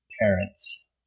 parents